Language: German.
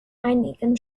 einigen